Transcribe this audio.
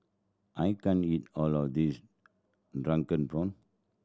I can't eat all of this drunken prawn